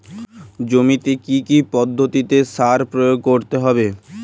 জমিতে কী কী পদ্ধতিতে সার প্রয়োগ করতে হয়?